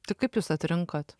tai kaip jūs atrinkot